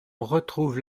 retrouve